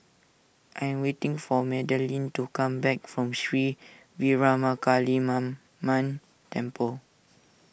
I am waiting for Madelyn to come back from Sri Veeramakaliamman Temple